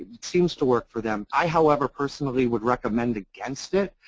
it seems to work for them. i however, personally would recommend against it.